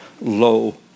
low